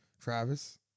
Travis